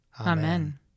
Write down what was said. Amen